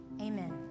Amen